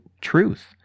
truth